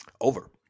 Over